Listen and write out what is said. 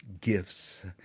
gifts